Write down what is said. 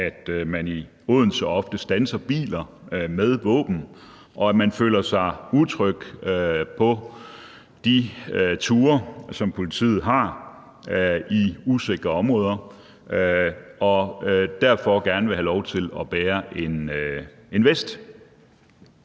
at man i Odense ofte standser biler, der er våben i, og at man føler sig utryg på de ture, som politiet har, i usikre områder. Derfor vil man gerne have lov til at bære en vest.